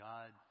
God